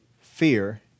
fear